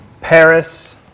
Paris